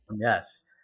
Yes